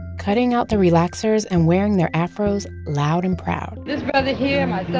cutting out the relaxers and wearing their afros loud and proud this brother here, um ah